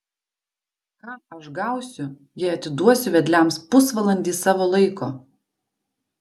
ką aš gausiu jei atiduosiu vedliams pusvalandį savo laiko